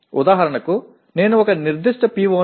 எடுத்துக்காட்டாக நான் ஒரு குறிப்பிட்ட PO